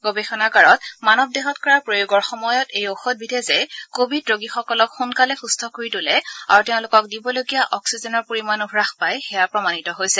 গৱেষণাগাৰত মানৱ দেহত কৰা প্ৰয়োগৰ সময়ত এই ঔষধবিধে যে ক ভিড ৰোগীসকলক সোনকালে সুম্থ কৰি তোলে আৰু তেওঁলোকক দিবলগীয়া অগ্নিজেনৰ পৰিমানো হ্ৰাস পায় সেয়া প্ৰমানিত হৈছে